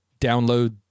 download